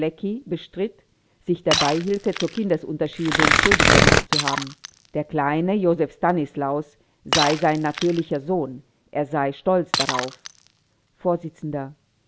bestritt sich der beihilfe zur kindesunterschiebung schuldig gemacht zu haben der kleine joseph stanislaus sei sein natürlicher sohn er sei stolz darauf